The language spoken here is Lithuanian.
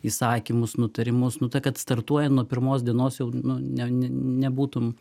įsakymus nutarimus nu ta kad startuoja nuo pirmos dienos nu ne ne nebūtum